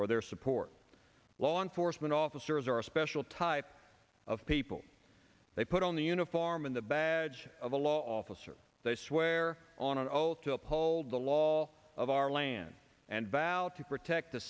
for their support law enforcement officers are a special type of people they put on the uniform and the baggage of a law officer they swear on an oath to uphold the law of our land and bow to protect the